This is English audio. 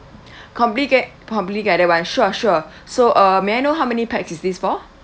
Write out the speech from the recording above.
complete gu~ completely guided one sure sure so uh may I know how many pax is this for